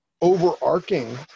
Overarching